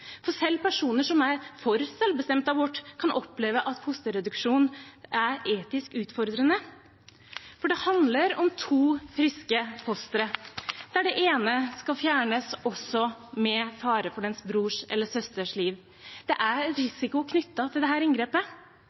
for selv personer som er for selvbestemt abort, kan oppleve at fosterreduksjon er etisk utfordrende. Dette handler om to friske fostre, der det ene skal fjernes, med fare for brorens eller søsterens liv. Det er risiko knyttet til dette inngrepet.